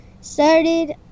started